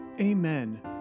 Amen